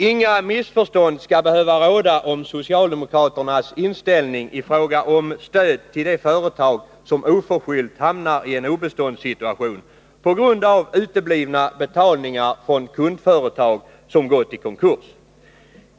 Inga missförstånd skall behöva råda om socialdemokraternas inställning i fråga om stöd till de företag som oförskyllt hamnar i en obeståndssituation på grund av uteblivna betalningar från kundföretag som gått i konkurs.